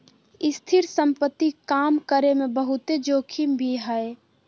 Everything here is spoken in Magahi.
स्थिर संपत्ति काम करे मे बहुते जोखिम भी हय